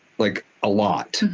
like, a lot.